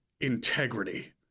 integrity